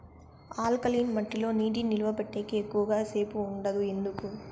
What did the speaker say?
alkaline మట్టి లో నీటి నిలువ పెట్టేకి ఎక్కువగా సేపు ఉండదు ఎందుకు